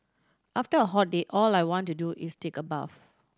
after a hot day all I want to do is take a bath